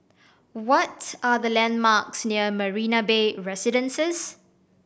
what's are the landmarks near Marina Bay Residences